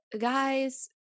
guys